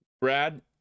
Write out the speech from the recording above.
Brad